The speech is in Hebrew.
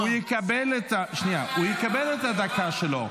הוא יקבל את הדקה שלו,